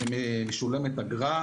משולמת אגרה.